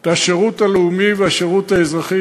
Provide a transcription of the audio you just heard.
את השירות הלאומי והשירות האזרחי.